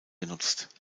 genutzt